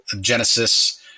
Genesis